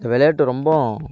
இந்த விளையாட்டு ரொம்பவும்